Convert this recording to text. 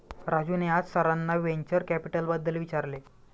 राजूने आज सरांना व्हेंचर कॅपिटलबद्दल विचारले